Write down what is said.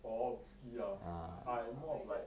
orh whisky ah I'm more of like